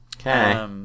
Okay